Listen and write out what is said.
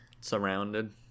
Surrounded